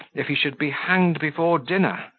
if he should be hanged before dinner,